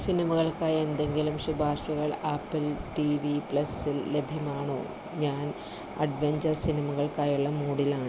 സിനിമകൾക്കായി എന്തെങ്കിലും ശുപാർശകൾ Apple TV പ്ലസിൽ ലഭ്യമാണോ ഞാൻ അഡ്വെഞ്ചർ സിനിമകൾക്കായുള്ള മൂഡിലാണ്